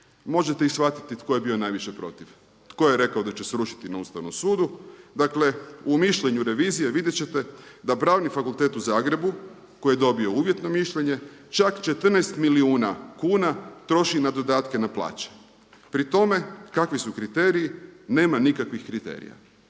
možete i shvatiti tko je bio najviše protiv, tko je rekao da će srušiti na Ustavnom sudu. Dakle u mišljenju revizije vidjet ćete da Pravni fakultet u Zagrebu koji je dobio uvjetno mišljenje čak 14 milijuna kuna troši na dodatke na plaće. Pri tome kakvi su kriteriji? Nema nikakvih kriterija.